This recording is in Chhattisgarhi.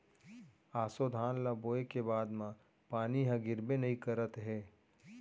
ऑसो धान ल बोए के बाद म पानी ह गिरबे नइ करत हे